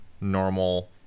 normal